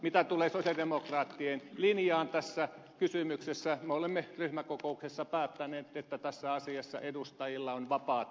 mitä tulee sosialidemokraattien linjaan tässä kysymyksessä me olemme ryhmäkokouksessa päättäneet että tässä asiassa edustajilla on vapaat kädet